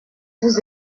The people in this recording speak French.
vous